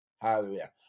Hallelujah